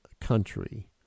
country